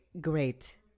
great